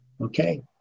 Okay